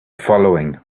following